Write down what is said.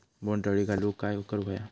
बोंड अळी घालवूक काय करू व्हया?